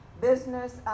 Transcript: business